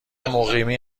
مقیمی